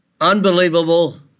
unbelievable